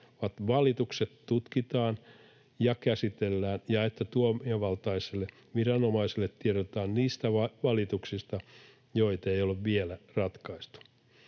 valitukset tutkitaan ja käsitellään ja että toimivaltaiselle viranomaiselle tiedotetaan niistä valituksista, joita ei ole vielä ratkaistu.